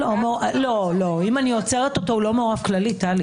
אם אני עוצרת אותו הוא לא מעורב כללי.